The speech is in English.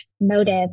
motive